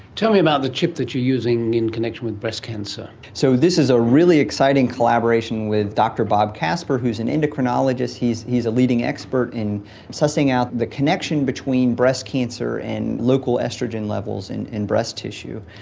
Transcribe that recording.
tell me about the chip that you're using in connection with breast cancer. so this is a really exciting collaboration with dr bob casper who is an endocrinologist. he's he's a leading expert in sussing out the connection between breast cancer and local oestrogen levels in in breast tissue.